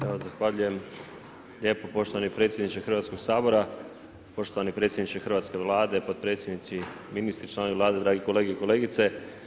Evo zahvaljujem lijepo poštovani predsjedniče Hrvatskog sabora, poštovani predsjedniče hrvatske Vlade, potpredsjednici, ministri, članovi Vlade, dragi kolege i kolegice.